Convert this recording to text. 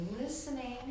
Listening